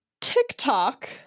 TikTok